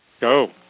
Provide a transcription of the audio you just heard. Go